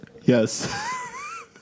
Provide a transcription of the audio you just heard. Yes